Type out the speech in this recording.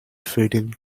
feeding